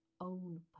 own